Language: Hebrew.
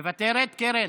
מוותרת, קרן?